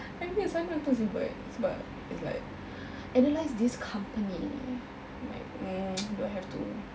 every assignment aku mesti buat sebab it's like analyse this company I'm like mm do I have to